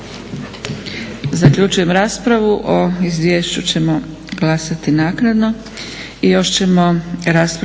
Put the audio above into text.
Zaključujem raspravu. O izvješću ćemo glasati naknadno.